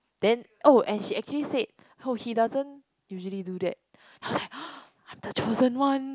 then oh and she actually said oh he doesn't usually do that I was like I'm the chosen one